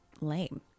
lame